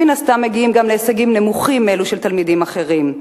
מן הסתם מגיעים גם להישגים נמוכים מאלו של תלמידים אחרים.